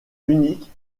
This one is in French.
unique